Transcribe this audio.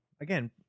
Again